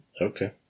Okay